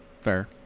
Fair